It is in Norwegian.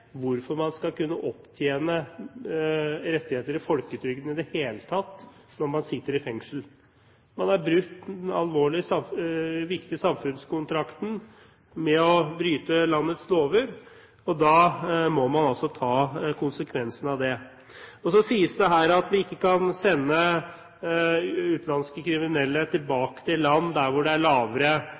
tatt når man sitter i fengsel. Man har brutt den viktige samfunnskontrakten ved å bryte landets lover, og da må man altså ta konsekvensen av det. Så sies det her at vi ikke kan sende utenlandske kriminelle tilbake til land der hvor det er lavere